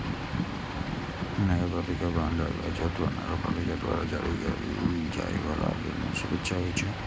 नगरपालिका बांड राज्य अथवा नगरपालिका द्वारा जारी कैल जाइ बला ऋण सुरक्षा होइ छै